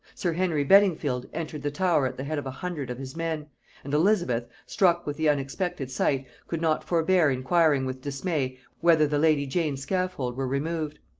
sir henry beddingfield entered the tower at the head of a hundred of his men and elizabeth, struck with the unexpected sight, could not forbear inquiring with dismay, whether the lady jane's scaffold were removed?